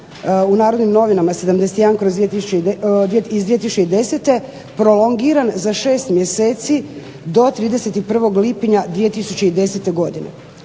u Narodnim novinama 71./2010 prolongiran za 6 mjeseci do 31. lipnja 2010. godine.